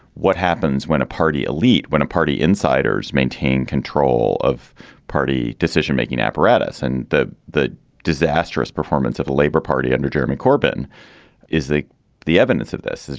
what happens when a party elite, when a party insiders maintain control of party decision making apparatus and the the disastrous performance of the labor party under jeremy corbyn is the the evidence of this.